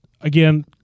again